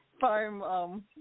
farm